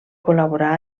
col·laborà